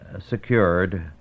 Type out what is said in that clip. secured